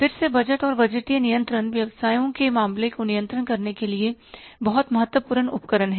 फिर से बजट और बजटीय नियंत्रण व्यवसायों के मामलों को नियंत्रित करने के लिए बहुत महत्वपूर्ण उपकरण हैं